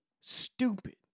stupid